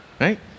Right